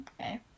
Okay